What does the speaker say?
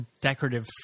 decorative